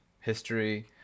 history